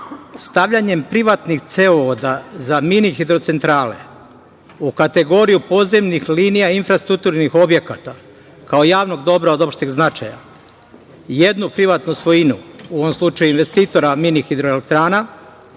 stavljanjem privatnih cevovoda za mini hidrocentrale u kategoriju podzemnih linija infrastrukturnih objekata, kao javnog dobra od opšteg značaja, jednu privatnu svojinu, u ovom slučaju investitora mini hidroelektrana,